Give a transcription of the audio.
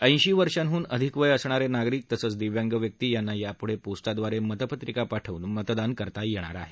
ऐशीवर्षाहून अधिक वय असणारज्ञागरिक तसंच दिव्यांग व्यक्ती यांना यापुढप्रीस्टाद्वारसितपत्रिका पाठवून मतदान करता यष्पीर आह